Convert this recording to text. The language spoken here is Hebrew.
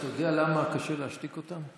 אתה יודע למה קשה להשתיק אותם?